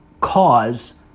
cause